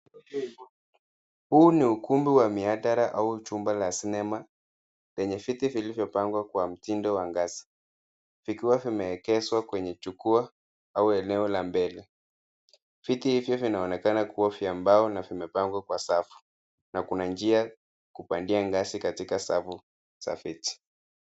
Huu ni ukumbi wa mihadhara au chumba la sinema lenye viti vilivyopangwa kwa mtindo wa ngazi, vikiwa vimeegeshwa kwenye jukwaa au eneo la mbele. Viti hivyo vinaonekana kuwa vya mbao na vimepangwa kwa safu na kuna njia ya kupandia ngazi katika safu za viti.